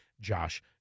Josh